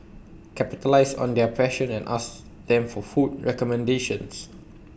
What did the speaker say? capitalise on their passion and ask them for food recommendations